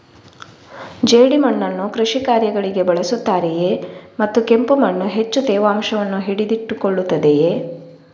ಜೇಡಿಮಣ್ಣನ್ನು ಕೃಷಿ ಕಾರ್ಯಗಳಿಗೆ ಬಳಸುತ್ತಾರೆಯೇ ಮತ್ತು ಕೆಂಪು ಮಣ್ಣು ಹೆಚ್ಚು ತೇವಾಂಶವನ್ನು ಹಿಡಿದಿಟ್ಟುಕೊಳ್ಳುತ್ತದೆಯೇ?